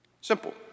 Simple